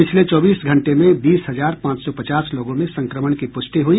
पिछले चौबीस घंटे में बीस हजार पांच सौ पचास लोगों में संक्रमण की पुष्टि हुई